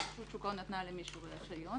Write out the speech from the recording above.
אם רשות שוק ההון נתנה למישהו רישיון,